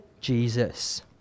Jesus